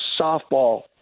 softball